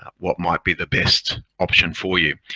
what might be the best option for you.